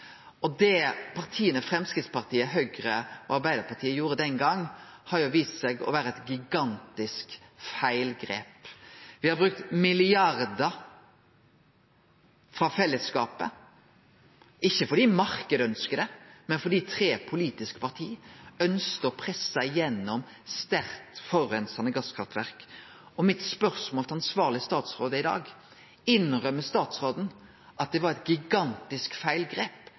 Det partia Framstegspartiet, Høgre og Arbeidarpartiet gjorde den gongen, har vist seg å vere eit gigantisk feilgrep. Me har brukt milliardar frå fellesskapet, ikkje fordi marknaden ønskte det, men fordi tre politiske parti ønskte å presse gjennom sterkt forureinande gasskraftverk. Mitt spørsmål til ansvarleg statsråd er i dag: Innrømmer statsråden at det var eit gigantisk feilgrep,